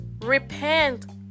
repent